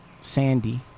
Sandy